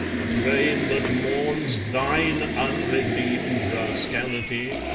a brain that mourns thine unredeemed rascality?